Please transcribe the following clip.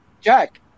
Jack